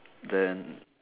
then